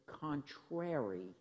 contrary